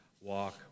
walk